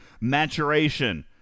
maturation